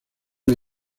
una